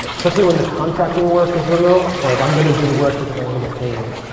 especially when the contracting work is remote. like, i'm going to do the work because i want to get paid.